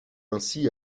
ainsi